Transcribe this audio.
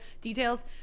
details